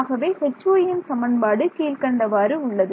ஆகவே Hyயின் சமன்பாடு கீழ்க்கண்டவாறு உள்ளது